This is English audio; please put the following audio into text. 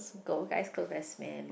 go guy go rest man